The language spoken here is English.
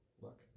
look